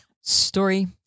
Story